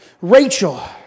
Rachel